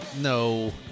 No